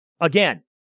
again